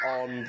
on